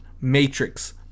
Matrix